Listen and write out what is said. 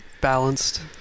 Balanced